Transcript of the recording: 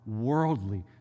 worldly